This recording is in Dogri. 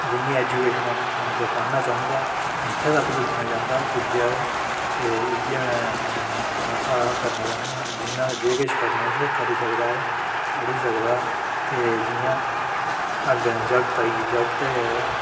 जि'न्नी एजूकेशन अं'ऊ आखना अगर पढ़ना चाह्ंदा जित्थें तक्कर पुज्जना चांह्दा पुज्जै ओह् ते इ'यै अपने शा करना चाह्न्नां जि'न्ना जे किश करना उस करी सकदा ओह् पढ़ी सकदा ते जि'यां अग्गै जागत् आइयै जागतै